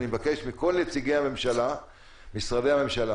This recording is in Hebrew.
אני מבקש מכל נציגי משרדי הממשלה